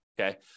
Okay